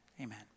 Amen